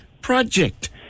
project